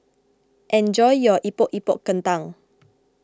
enjoy your Epok Epok Kentang